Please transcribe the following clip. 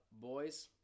Boys